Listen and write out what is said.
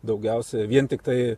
daugiausia vien tiktai